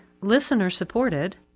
listener-supported